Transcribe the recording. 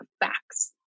facts